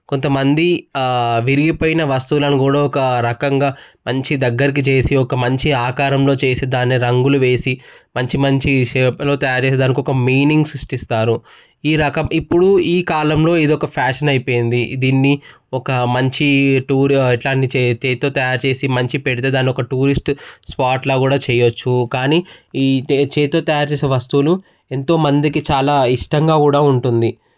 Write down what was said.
కొంతమంది విరిగిపోయిన వస్తువులను కూడా ఒక రకంగా మంచి దగ్గరకు చేసి ఒక మంచి ఆకారంలో చేసి దాన్ని రంగులు వేసి మంచి మంచి షేప్లో తయారు చేసి దానికి ఒక మీనింగ్స్ సృష్టిస్తారు ఈ రకం ఇప్పుడు ఈ కాలంలో ఇది ఒక ఫ్యాషన్ అయిపోయింది దీన్ని ఒక మంచి టూర్ ఇలాంటివి చేతితో తయారు చేసి మంచిగా పెడితే దాన్ని ఒక టూరిస్ట్ స్పాట్లా కూడా చేయచ్చు కానీ ఈ చేతితో చేసే వస్తువులు ఎంతోమందికి చాలా ఇష్టంగా కూడా ఉంటుంది